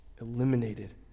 eliminated